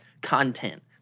content